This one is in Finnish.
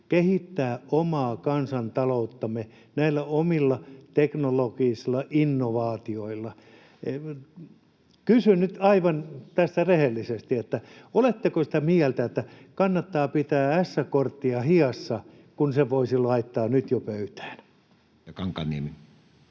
kehittää omaa kansantalouttamme näillä omilla teknologisilla innovaatioilla. Kysyn nyt tästä aivan rehellisesti: oletteko sitä mieltä, että kannattaa pitää ässäkorttia hinnassa, kun sen voisi laittaa nyt jo pöytään? [Speech